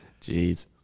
Jeez